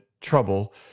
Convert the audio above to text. trouble